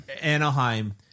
anaheim